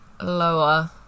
lower